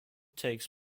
takes